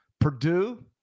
Purdue